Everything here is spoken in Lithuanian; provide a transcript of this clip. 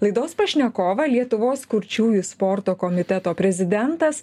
laidos pašnekovą lietuvos kurčiųjų sporto komiteto prezidentas